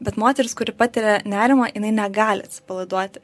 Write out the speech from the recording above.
bet moteris kuri patiria nerimą jinai negali atsipalaiduoti